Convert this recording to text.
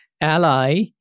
Ally